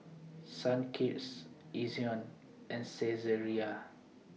Sunkist Ezion and Saizeriya